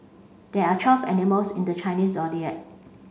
there are twelve animals in the Chinese Zodiac